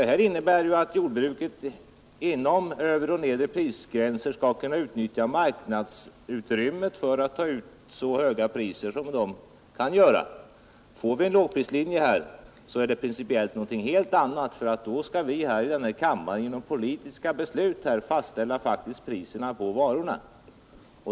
Detta innebär att jordbruket inom övre och nedre prisgränser skall kunna utnyttja marknadsutrymmet för att ta ut så höga priser som möjligt. Får vi en lågprislinje, är det principiellt någonting helt annat. Då skall vi i denna kammare genom politiska beslut fastställa priset på varorna.